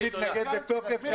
תודה.